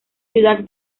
ciudad